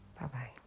Bye-bye